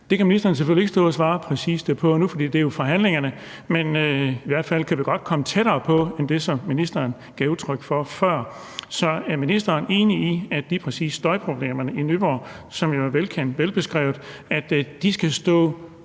Det kan ministeren selvfølgelig ikke stå og svare præcist på nu, for det ligger jo i forhandlingerne, men i hvert fald kan vi godt komme tættere på end det, som ministeren gav udtryk for før. Så er ministeren enig i, at lige præcis støjproblemerne i Nyborg, som jo er velkendte og velbeskrevne, skal stå